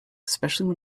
especially